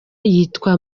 yitwa